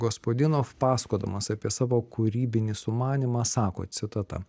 gospadinov pasakodamas apie savo kūrybinį sumanymą sako citata